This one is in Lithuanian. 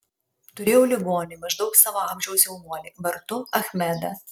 turėjau ligonį maždaug savo amžiaus jaunuolį vardu achmedą